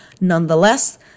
Nonetheless